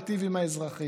להיטיב עם האזרחים,